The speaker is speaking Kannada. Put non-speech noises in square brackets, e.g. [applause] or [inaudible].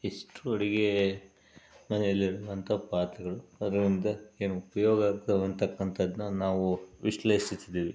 ಇಷ್ಟು ಅಡುಗೆ ಮನೆಯಲ್ಲಿ ಇರುವಂಥ ಪಾತ್ರೆಗಳು [unintelligible] ಏನು ಉಪಯೋಗ ಆಗ್ತಕ್ಕಂಥದ್ದನ್ನ ನಾವು ವಿಶ್ಲೇಷಿಸಿದ್ದೀವಿ